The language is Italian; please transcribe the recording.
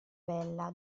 bella